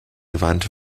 wandte